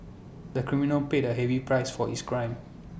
the criminal paid A heavy price for his crime